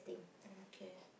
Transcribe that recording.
okay